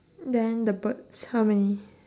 then the birds how many